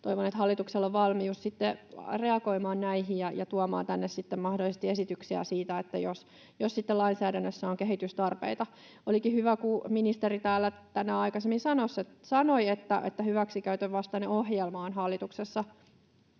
Toivon, että hallituksella on valmius reagoida näihin ja tuoda tänne sitten mahdollisesti esityksiä, jos lainsäädännössä on kehitystarpeita. Olikin hyvä, kun ministeri täällä tänään aikaisemmin sanoi, että hyväksikäytön vastainen ohjelma on hallituksella